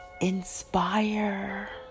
inspire